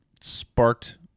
sparked